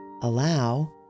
allow